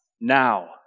now